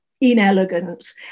inelegant